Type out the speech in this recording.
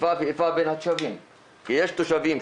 איפה ואיפה בין התושבים,